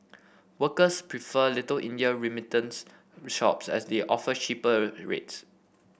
workers prefer Little India remittance shops as they offer cheaper rates